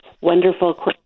wonderful